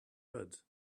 rudd